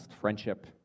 friendship